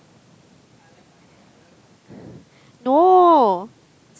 no